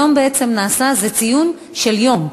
היום בעצם זה ציון של יום,